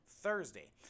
thursday